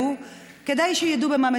תני לה דקה ספייר, עליי.